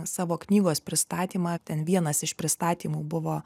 savo knygos pristatymą ten vienas iš pristatymų buvo